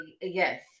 Yes